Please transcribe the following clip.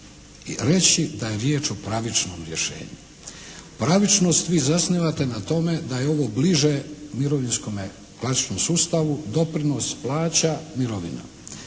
reći da je riječ o pravičnom rješenju. Pravičnost vi zasnivate na tome da je ovo bliže mirovinskome bazičnom sustavu. Doprinos plaća mirovina.